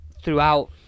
throughout